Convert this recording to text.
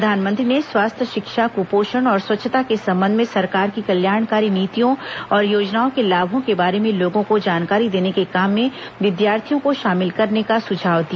प्रधानमंत्री ने स्वास्थ्य शिक्षा कुपोषण और स्वच्छता के संबंध में सरकार की कल्याणकारी नीतियों और योजनाओं के लाभों के बारे में लोगों को जानकारी देने के काम में विद्यार्थियों को शामिल करने का सुझाव दिया